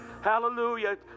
Hallelujah